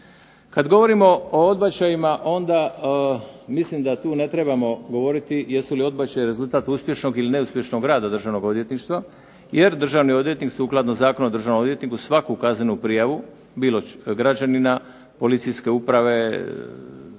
Kad govorimo o odbačajima onda mislim da tu ne trebamo govoriti jesu li odbačaji rezultat uspješnog ili neuspješnog rada Državnog odvjetništva jer državni odvjetnik sukladno Zakonu o državnom odvjetniku svaku kaznenu prijavu bilo građanina, policijske uprave,